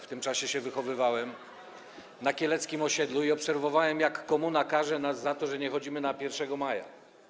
W tym czasie się wychowywałem na kieleckim osiedlu i obserwowałem, jak komuna karze nas za to, że nie chodzimy na 1 maja.